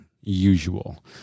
usual